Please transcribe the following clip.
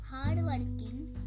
hardworking